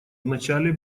вначале